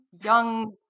young